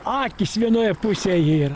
akys vienoje pusėje yra